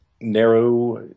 narrow